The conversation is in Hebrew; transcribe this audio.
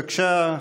בבקשה,